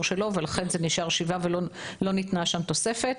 שלו לפי התקנות ולכן זה נשאר שבעה ולא ניתנה שם תוספת.